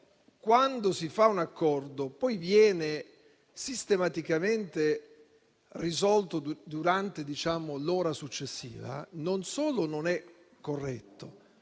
quando si fa un accordo, poi viene sistematicamente risolto durante l'ora successiva, non solo non è corretto,